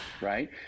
right